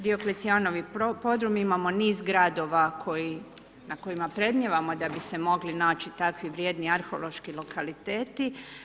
Dioklecijanovi podrumi imamo niz gradova koji, na kojima predmnijevamo da bi se mogli naći takvi vrijedni arheološki lokaliteti.